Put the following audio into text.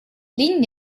linn